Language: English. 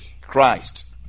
Christ